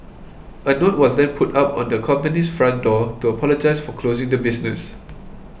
a note was then put up on the company's front door to apologise for closing the business